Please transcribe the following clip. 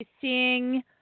seeing